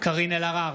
קארין אלהרר,